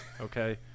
Okay